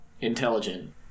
intelligent